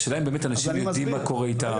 השאלה אם באמת אנשים יודעים מה קורה איתם?